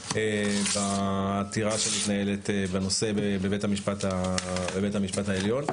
בעתירה שמתנהלת בנושא בבית המשפט העליון.